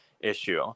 issue